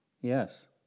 Yes